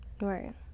right